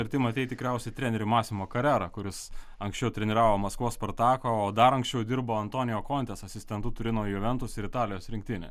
arti matei tikriausiai trenerį masimo karerą kuris anksčiau treniravo maskvos spartaką o dar anksčiau dirbo antonio kontesas jis ten du turino juventus ir italijos rinktinę